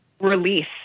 release